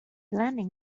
landing